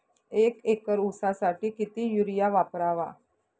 एक एकर ऊसासाठी किती युरिया वापरावा?